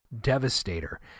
Devastator